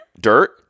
dirt